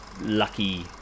lucky